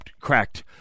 cracked